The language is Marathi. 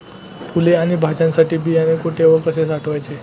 फुले आणि भाज्यांसाठी बियाणे कुठे व कसे साठवायचे?